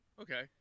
okay